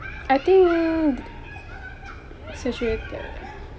I think saturated